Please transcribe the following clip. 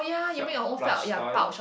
felt plush toy